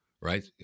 right